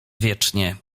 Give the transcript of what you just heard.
wiecznie